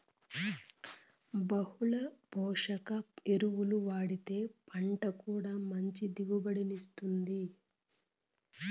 బహుళ పోషక ఎరువులు వాడితే పంట కూడా మంచి దిగుబడిని ఇత్తుంది